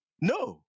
no